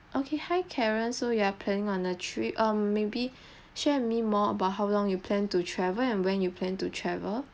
okay hi karen so you are planning on a trip um maybe share with me more about how long you plan to travel and when you plan to travel